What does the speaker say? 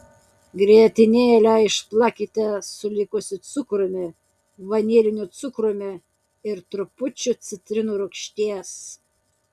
grietinėlę išplakite su likusiu cukrumi vaniliniu cukrumi ir trupučiu citrinų rūgšties